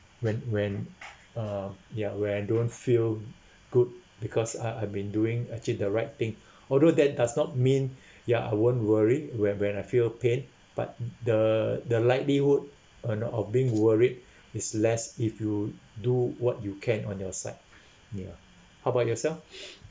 when when uh when I don't feel good because I I've been doing actually the right thing although that does not mean ya I won't worry when when I feel pain but the the likelihood of not of being worried is less if you do what you can on your side ya how about yourself